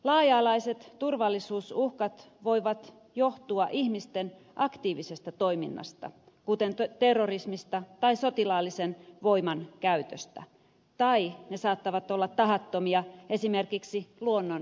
laaja alaiset turvallisuusuhkat voivat johtua ihmisten aktiivisesta toiminnasta kuten terrorismista tai sotilaallisen voiman käytöstä tai saattavat olla tahattomia esimerkiksi luonnonkatastrofeja